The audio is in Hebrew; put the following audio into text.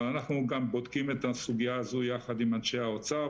אבל אנחנו גם בודקים את הסוגיה הזו יחד עם אנשי האוצר,